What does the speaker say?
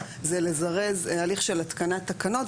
זה לזרז הליך של התקנת תקנות,